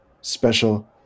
special